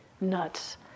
nuts